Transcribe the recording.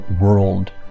world